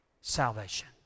salvation